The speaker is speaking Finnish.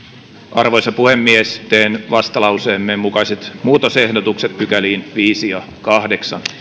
arvoisa puhemies teen vastalauseemme mukaiset muutosehdotukset pykäliin viisi ja kahdeksan